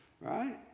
right